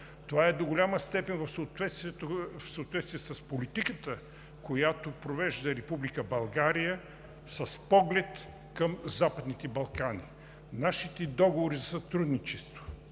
Това е до голяма степен в съответствие с политиката, която провежда Република България, с поглед към Западните Балкани. Нашите договори за сътрудничество